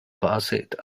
pulsate